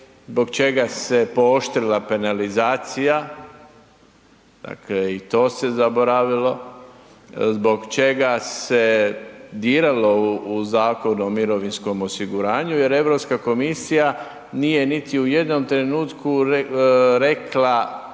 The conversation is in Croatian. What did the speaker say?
Zbog čega se pooštrila penalizacija, dakle i to se zaboravilo, zbog čega se diralo u Zakon o mirovinskom osiguranju jer EU komisija nije niti u jednom trenutku rekla